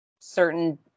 certain